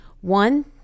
One